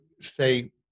say